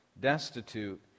destitute